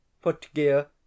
footgear